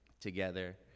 together